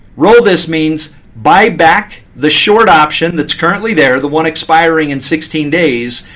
roll this means buy back the short option that's currently there, the one expiring in sixteen days,